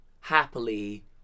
happily